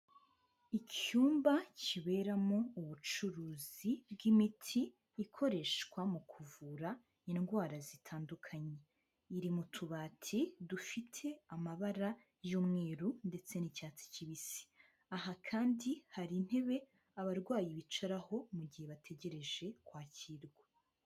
Icyumba kiberamo ubucuruzi bw'imiti ikoreshwa mu kuvura indwara zitandukanye. Iri mu tubati dufite amabara y'umweru ndetse n'icyatsi kibisi. Aha kandi hari intebe abarwayi bicaraho mu gihe bategereje kwakirwa.